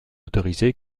autorisée